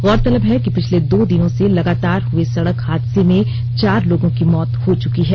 गौरतलब है कि पिछले दो दिनों से लगातार हुए सड़क हादसे में चार लोगों की मौत हो चूकी है